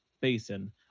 basin